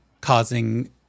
causing